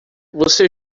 você